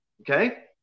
Okay